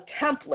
template